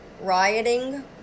rioting